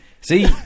See